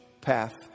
path